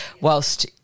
whilst